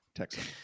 texas